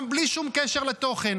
גם בלי שום קשר לתוכן.